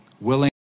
Willing